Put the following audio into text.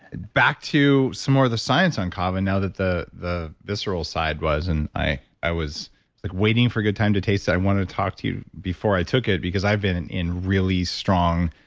back to some more of the science on kava now that the the visceral side was. and i i was like waiting for a good time to taste that. i wanted to talk to you before i took it because i've been in in really strong